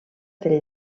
del